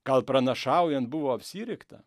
gal pranašaujant buvo apsirikta